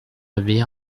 réveiller